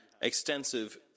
extensive